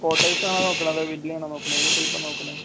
കോട്ടൈ്സ് ആണോ നോക്കണത് അതോ വില്ലയാണോ നോക്കണത് ഏത് ടൈപ്പാ നോക്കണത്